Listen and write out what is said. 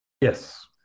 Yes